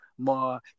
more